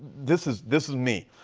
this is this is me.